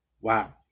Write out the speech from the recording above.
Wow